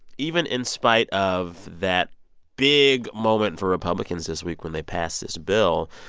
even in spite of that big moment for republicans this week when they pass this bill,